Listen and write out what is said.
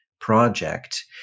project